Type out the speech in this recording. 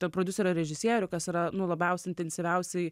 tarp prodiuserio režisierių kas yra nu labiausiai intensyviausiai